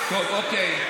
טוב, אוקיי.